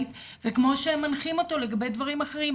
וכמו שהם מנחים אותו לגבי דברים אחרים.